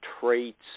traits